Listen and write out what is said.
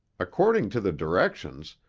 according to the directions,